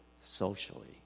socially